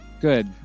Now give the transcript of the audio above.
Good